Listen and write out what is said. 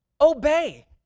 obey